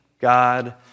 God